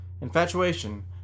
infatuation